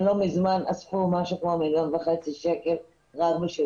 לא מזמין הם אספו משהו כמו מיליון וחצי שקלים רק כדי